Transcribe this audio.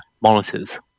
monitors